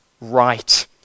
right